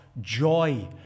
joy